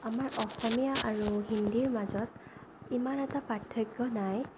আমাৰ অসমীয়া আৰু হিন্দীৰ মাজত ইমান এটা পাৰ্থক্য নাই